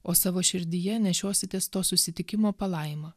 o savo širdyje nešiositės to susitikimo palaimą